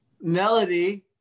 Melody